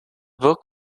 book